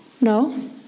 No